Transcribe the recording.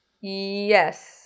Yes